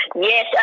Yes